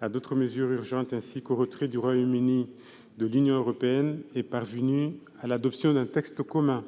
à d'autres mesures urgentes ainsi qu'au retrait du Royaume-Uni de l'Union européenne est parvenue à l'adoption d'un texte commun.